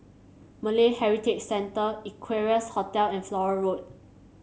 Malay Heritage Centre Equarius Hotel and Flora Road